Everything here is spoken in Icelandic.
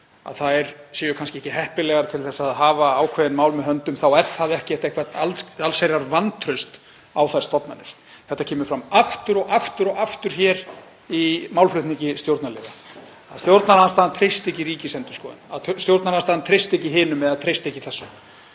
þær séu kannski ekki heppilegar til að hafa ákveðin mál með höndum þá er það ekki eitthvert allsherjarvantraust á þær stofnanir. Það kemur fram aftur og aftur hér í málflutningi stjórnarliða að stjórnarandstaðan treysti ekki Ríkisendurskoðun, að stjórnarandstaðan treysti ekki hinum eða treysti ekki þessum.